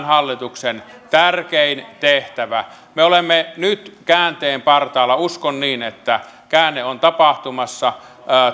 hallituksen tärkein tehtävä me olemme nyt käänteen partaalla uskon niin että käänne on tapahtumassa